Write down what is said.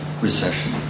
recession